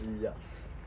Yes